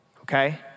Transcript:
okay